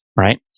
right